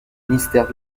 ministère